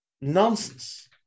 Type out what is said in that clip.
nonsense